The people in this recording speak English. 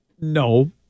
No